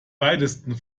weitesten